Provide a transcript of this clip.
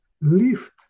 lift